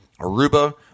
Aruba